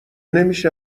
نمیشه